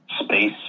space